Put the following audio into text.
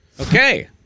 Okay